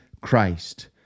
Christ